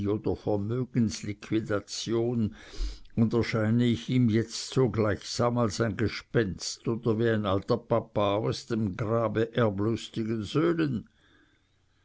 oder vermögensliquidation und erscheine ich ihm jetzt so gleichsam als ein gespenst oder wie ein alter papa aus dem grabe erblustigen